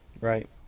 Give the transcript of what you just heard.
right